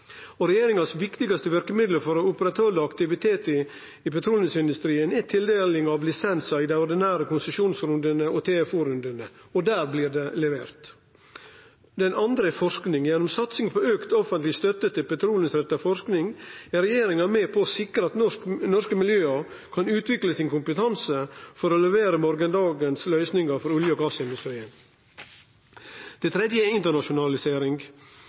leverandørindustri. Regjeringas viktigaste verkemiddel for å oppretthalde aktiviteten i petroleumsindustrien er tildeling av lisensar i dei ordinære konsesjonsrundane og TFO-rundane. Der blir det levert. Den andre er forsking. Gjennom satsing på auka offentleg støtte til petroleumsretta forsking er regjeringa med på å sikre at norske miljø kan utvikle kompetansen sin for å levere morgondagens løysingar for olje og gassindustrien. Det tredje er internasjonalisering.